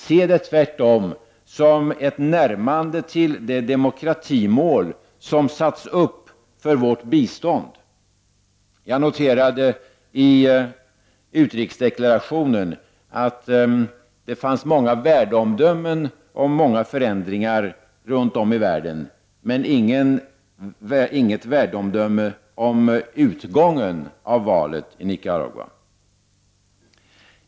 Se det tvärtom som ett närmande till det demokratimål som satts upp för vårt bistånd! Jag noterade i utrikesdeklarationen att det förekom många värdeomdömen om många förändringar i världen, men inget värdeomdöme om utgången av valet i Nicaragua.